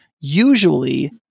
usually